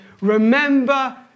remember